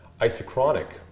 Isochronic